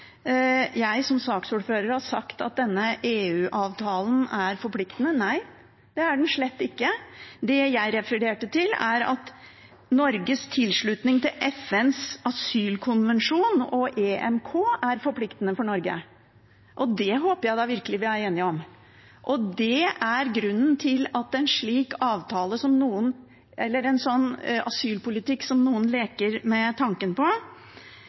jeg som saksordfører har sagt at denne EU-avtalen er forpliktende. Nei, det er den slett ikke. Det jeg refererte til, er at Norges tilslutning til FNs asylkonvensjon og EMK er forpliktende for Norge. Det håper jeg da virkelig vi er enige om. Det er grunnen til at en sånn asylpolitikk som noen leker med tanken om, er et brudd med